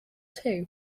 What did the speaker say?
too